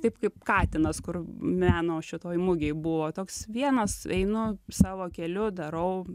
taip kaip katinas kur meno šitoj mugėj buvo toks vienas einu savo keliu darau